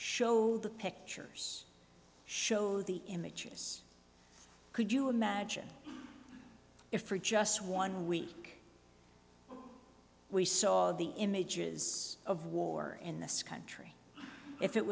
show the pictures show the images could you imagine if for just one week we saw the images of war in this country if it